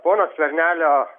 pono skvernelio